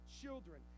children